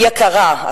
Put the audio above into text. היא יקרה,